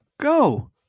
Go